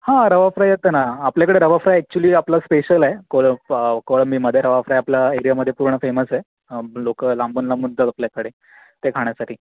हां रवा फ्राय येतं ना आपल्याकडे रवा फ्राय ॲक्चुअली आपला स्पेशल आहे कोळम कोळंबीमध्ये रवा फ्राय आपला एरियामध्ये पूर्ण फेमस आहे लोकं लांबून लांबून दा आपल्याकडे ते खाण्यासाठी